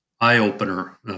eye-opener